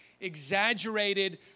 exaggerated